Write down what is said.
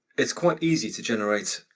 it's quite easy to generate,